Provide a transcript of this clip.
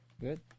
Good